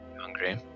hungry